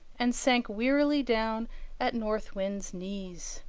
and sank wearily down at north wind's knees.